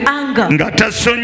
anger